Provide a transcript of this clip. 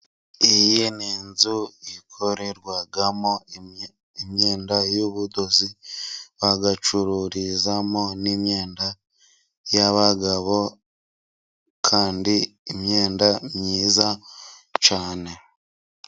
Iyi ni inzu ikorerwamo imyenda y'ubudozi bacururizamo n'imyenda y'abagabo kandi imyenda myiza cyane.